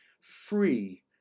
free